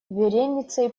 вереницей